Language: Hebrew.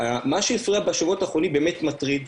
מה שהופיע בשבועות האחרונים באמת מטריד,